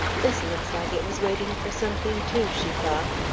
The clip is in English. this looks like it was waiting for something, too, she thought.